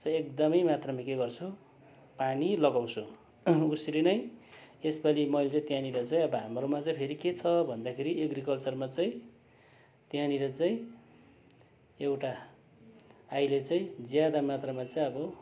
चाहिँ एकदमै मात्रामा के गर्छु पानी लगाउँछु उसरी नै यस पालि मैले त्यहाँनिर चाहिँ अब हाम्रो चाहिँ फेरि के छ भन्दाखेरि एग्रिकल्चरमा चाहिँ त्यहाँनिर चाहिँ एउटा अहिले चाहिँ ज्यादा मात्रामा चाहिँ अब